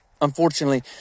Unfortunately